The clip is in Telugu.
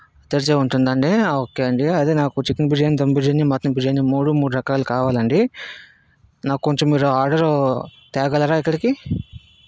తెరిచి ఉంటుందా అండి ఓకే అండి అదే నాకు చికెన్ బిర్యానీ దమ్ బిర్యానీ మటన్ బిర్యానీ మూడు మూడు రకాలు కావలండి నాకు కొంచెం మీరు ఆర్డరు తేగలరా ఇక్కడకి